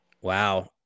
wow